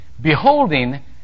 beholding